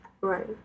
Right